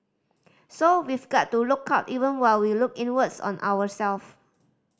so we've got to look out even while we look inwards on ourselves